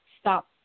stop